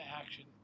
action